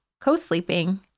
co-sleeping